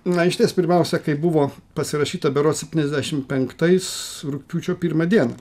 na išties pirmiausia kai buvo pasirašyta berods septyniasdešim penktais rugpjūčio pirmą dieną